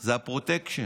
זה הפרוטקשן,